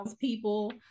people